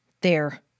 There